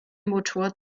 motor